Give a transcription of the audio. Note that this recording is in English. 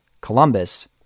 Columbus